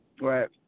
Right